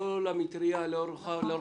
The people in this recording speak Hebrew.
כל המטריה לרוחבה,